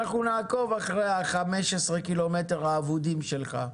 אנחנו נעקוב אחרי ה-15 קילומטר האבודים שלך,